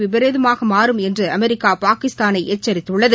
விபரீதமாக மாறும் என்று அமெரிக்கா பாகிஸ்தானை எச்சரித்துள்ளது